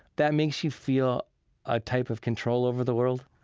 that makes you feel a type of control over the world,